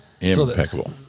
Impeccable